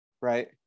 right